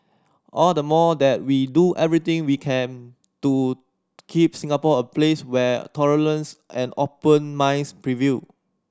all the more that we do everything we can to keep Singapore a place where tolerance and open minds prevail